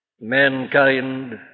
Mankind